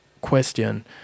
question